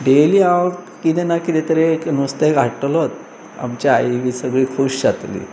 daily हांव किदें ना कितें तरी एक नुस्तें हाडटलोच आमच्या आई बी सगळी खूश जातली